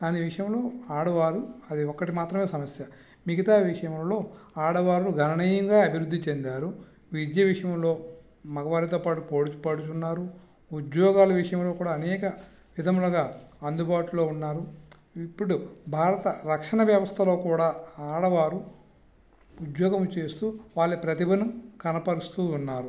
దాని విషయంలో ఆడవారు అది ఒక్కటి మాత్రమే సమస్య మిగతా విషయంలో ఆడవాళ్ళు గణనీయంగా అభివృద్ధి చెందారు విద్య విషయంలో మగవారితో పాటు పోటీపడుతున్నారు ఉద్యోగాల విషయంలో కూడా అనేక విధములుగా అందుబాటులో ఉన్నారు ఇప్పుడు భారత రక్షణ వ్యవస్థలో కూడా ఆడవారు ఉద్యోగం చేస్తూ వాళ్ళ ప్రతిభను కనపరుస్తూ ఉన్నారు